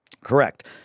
Correct